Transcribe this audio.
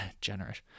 generous